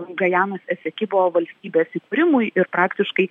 gajanos esekibo valstybės įkūrimui ir praktiškai